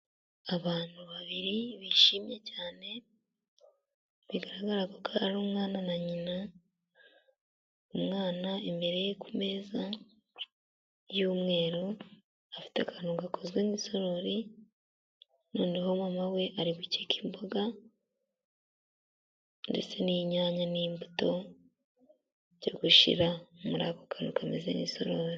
Abantu babiri bishimye cyane bigaragara ko ari umwana na nyina, umwana imbereye ku meza y'umweru afite akantu gakozwe nk'isarori, noneho mama we ari gukeka imboga, ndetse n'inyanya n'imbuto byo gushyira muri ako kantu kameze nk'isarori.